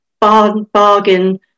bargain